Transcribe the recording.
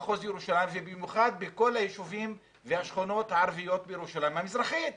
במחוז ירושלים ובמיוחד בכל היישובים והשכונות הערביות בירושלים המזרחית.